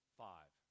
five